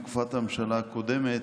בתקופת הממשלה הקודמת,